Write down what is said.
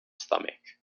stomach